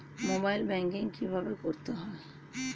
Mobile banking কীভাবে করতে হয়?